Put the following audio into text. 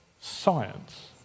science